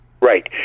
Right